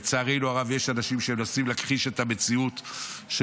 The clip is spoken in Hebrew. לצערנו הרב, יש אנשים שמנסים להכחיש את המציאות של